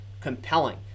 compelling